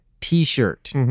T-shirt